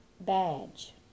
badge